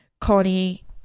Connie